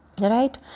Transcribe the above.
right